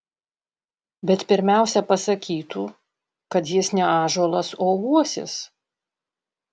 bet pirmiausia pasakytų kad jis ne ąžuolas o uosis